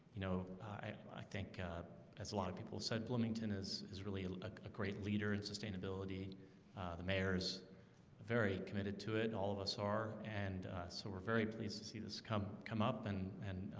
you know, i think as a lot of people said bloomington is is really ah ah a great leader in sustainability the mayor's very committed to it all of us are and so we're very pleased to see this come come up and